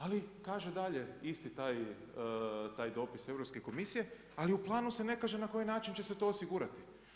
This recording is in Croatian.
Ali kaže dalje isti taj dopis Europske komisije, ali u planu se ne kaže na koji način će se to osigurati.